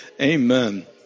Amen